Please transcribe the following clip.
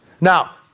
Now